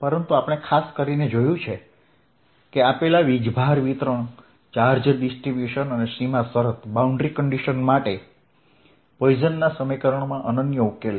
પરંતુ આપણે ખાસ કરીને જોયું છે કે આપેલ વીજભાર વિતરણ અને સીમા શરત માટે પોઈસનના સમીકરણમાં અનન્ય ઉકેલ છે